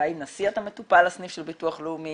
והאם נסיע את המטופל לסניף של ביטוח לאומי